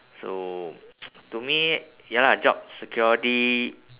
so to me ya lah jobs security